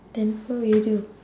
then what will you do